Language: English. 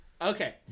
Okay